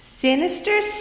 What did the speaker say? Sinister